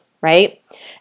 right